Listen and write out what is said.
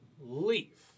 leave